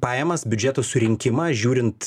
pajamas biudžeto surinkimą žiūrint